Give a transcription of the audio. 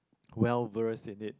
well versed in it